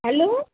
hello